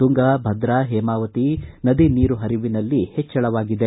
ತುಂಗಾ ಭದ್ರಾ ಹೇಮಾವತಿ ನದಿ ನೀರು ಪರಿವಿನಲ್ಲಿ ಹೆಚ್ಚಳವಾಗಿದೆ